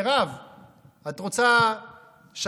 מירב, את רוצה שגרירה?